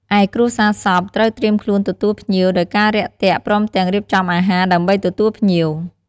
ឯគ្រួសារសពត្រូវត្រៀមខ្លួនទទួលភ្ញៀវដោយការរាក់ទាក់ព្រមទាំងរៀបចំអាហារដើម្បីទទួលភ្ញៀវ។